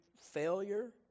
failure